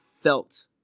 felt